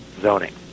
zoning